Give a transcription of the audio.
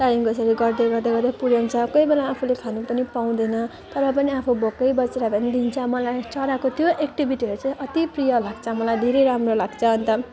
त्यहाँदेखि यसरी गर्दै गर्दै गर्दै पुऱ्याउँछ कोही बेला आफूले खानु पनि पाउँदैन तर पनि आफू भोकै बसेर भए पनि दिन्छ मलाई चराको त्यो एक्टिभिटीहरू चाहिँ अति प्रिय लाग्छ मलाई धेरै राम्रो लाग्छ अन्त